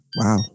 Wow